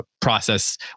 process